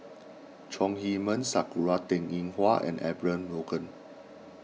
Chong Heman Sakura Teng Ying Hua and Abraham Logan